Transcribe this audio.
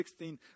16